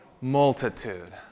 multitude